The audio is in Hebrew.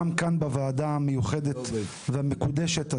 גם כאן בוועדה המיוחדת והמקודשת הזאת,